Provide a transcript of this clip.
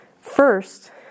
First